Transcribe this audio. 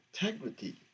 integrity